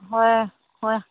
ꯍꯣꯏ ꯍꯣꯏ